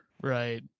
right